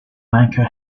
banker